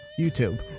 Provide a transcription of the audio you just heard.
YouTube